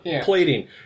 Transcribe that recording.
plating